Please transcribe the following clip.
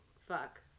fuck